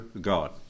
God